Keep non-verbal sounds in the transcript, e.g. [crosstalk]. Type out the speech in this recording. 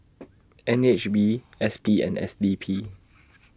[noise] N H B S P and S D P